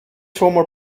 formal